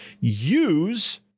use